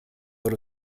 out